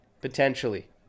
Potentially